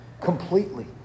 completely